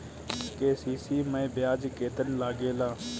KCC मै ब्याज केतनि लागेला?